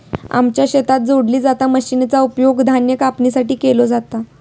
आमच्या शेतात जोडली जाता मशीनचा उपयोग धान्य कापणीसाठी केलो जाता